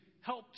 help